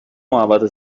محوطه